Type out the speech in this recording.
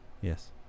Yes